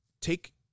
take